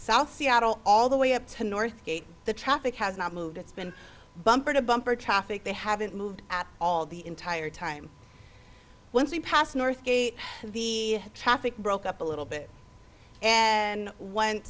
south seattle all the way up to north gate the traffic has not moved it's been bumper to bumper traffic they haven't moved at all the entire time once we passed north gate the traffic broke up a little bit and